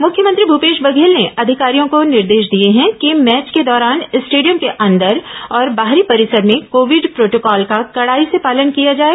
मुख्यमंत्री भूपेश बघेल ने अधिकारियों को निर्देश दिए हैं कि मैच के दौरान स्टेडियम के अंदर और बाहरी परिसर में कोविड प्रोटोकॉल का कड़ाई से पालन किया जाए